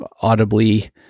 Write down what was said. audibly